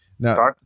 Now